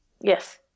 Yes